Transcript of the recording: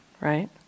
right